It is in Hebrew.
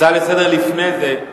הצעה לסדר-היום לפני זה: